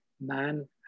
man